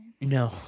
No